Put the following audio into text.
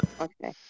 Okay